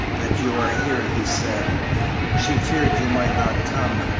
that you are here, he said she feared you might not come,